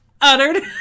uttered